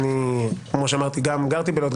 כמו שאמרתי גם גרתי בלוד,